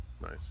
nice